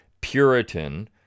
Puritan